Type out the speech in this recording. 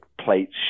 plates